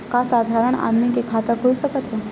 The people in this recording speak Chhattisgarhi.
का साधारण आदमी के खाता खुल सकत हे?